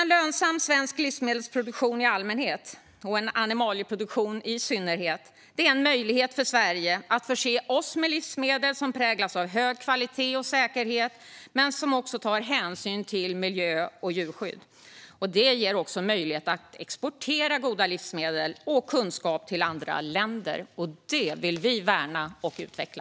En lönsam svensk livsmedelsproduktion i allmänhet och animalieproduktion i synnerhet är en möjlighet att förse Sverige - oss - med livsmedel som präglas av hög kvalitet och säkerhet samtidigt som de också tar hänsyn till miljö och djurskydd. Det ger också möjlighet att exportera goda livsmedel och kunskap till andra länder. Det vill vi värna och utveckla.